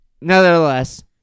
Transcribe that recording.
nevertheless